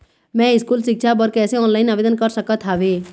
मैं स्कूल सिक्छा बर कैसे ऑनलाइन आवेदन कर सकत हावे?